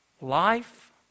life